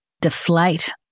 deflate